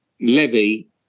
levy